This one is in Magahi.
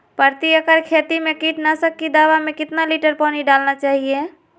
प्रति एकड़ खेती में कीटनाशक की दवा में कितना लीटर पानी डालना चाइए?